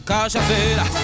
Cajazeira